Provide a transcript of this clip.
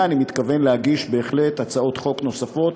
אני מתכוון בהחלט להגיש הצעות חוק נוספות